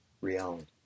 reality